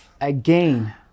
Again